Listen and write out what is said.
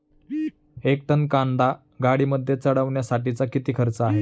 एक टन कांदा गाडीमध्ये चढवण्यासाठीचा किती खर्च आहे?